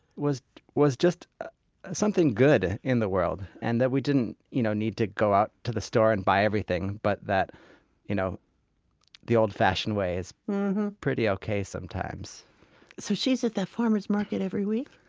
was was just something good in the world and that we didn't you know need to go out to the store and buy everything. but you know the old-fashioned way is pretty ok sometimes so she's at that farmer's market every week?